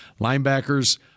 Linebackers